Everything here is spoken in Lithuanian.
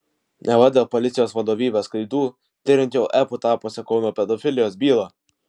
neva dėl policijos vadovybės klaidų tiriant jau epu tapusią kauno pedofilijos bylą